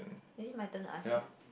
is it my turn to ask you